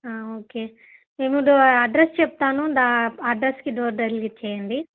okay మేము address చెప్తాను దా అడ్రస్కి డోర్ డెలివరీ చేయండి